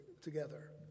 together